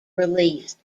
released